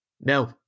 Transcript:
No